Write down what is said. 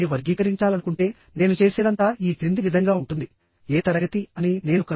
దీనివలన tension force అనేది cross section మొత్తం ఒకే విధంగా ఉండదు